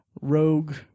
rogue